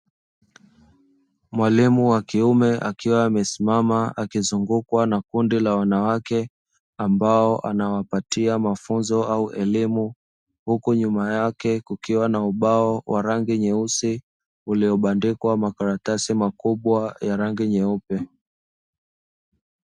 Mwalimu wa kiume akiwa amesimama akizungukwa na kundi la wanawake ambao anawapatia mafunzo au elimu, huku nyuma yake kukiwa na ubao wa rangi nyeusi ulio bandikwa makaratasi makubwa ya rangi nyeupe